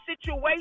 situation